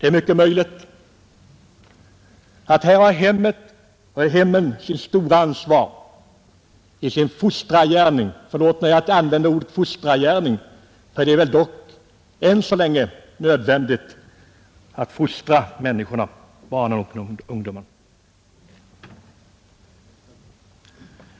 Ett som är säkert är att hemmen måste ta ett större ansvar i sin fostrargärning av dagens barn och ungdom.